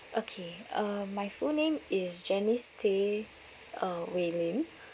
okay uh my full name is janice Teh uh Wei Ling